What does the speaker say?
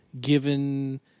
given